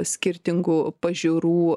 skirtingų pažiūrų